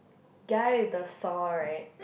guy with the saw right